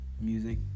music